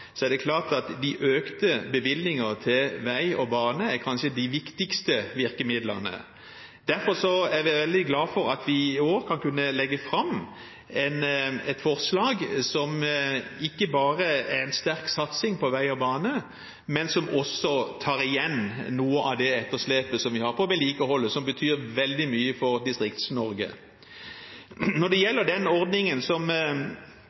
er det klart at de økte bevilgningene til vei og bane kanskje er de viktigste virkemidlene. Derfor er vi veldig glad for at vi i år kan legge fram et forslag som ikke bare er en sterk satsing på vei og bane, men som også tar igjen noe av det etterslepet vi har på vedlikehold, som betyr veldig mye for Distrikts-Norge. Når det gjelder den ordningen som